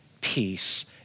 peace